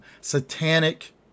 satanic